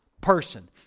person